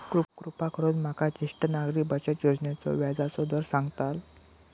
कृपा करून माका ज्येष्ठ नागरिक बचत योजनेचो व्याजचो दर सांगताल